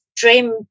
Dream